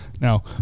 Now